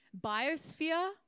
biosphere